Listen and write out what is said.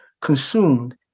consumed